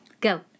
Go